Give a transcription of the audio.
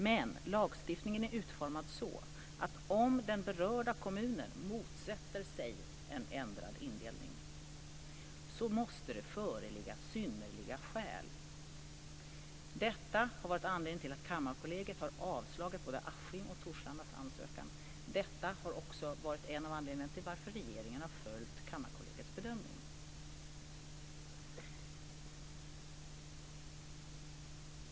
Men lagstiftningen är utformad så att om den berörda kommunen motsätter sig en ändrad indelning så måste det föreligga synnerliga skäl. Detta har varit anledningen till att Kammarkollegiet har avslagit både Askims och Torslandas ansökningar. Detta har också varit en av anledningarna till varför regeringen har följt Kammarkollegiets bedömning.